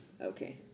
Okay